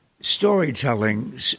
storytelling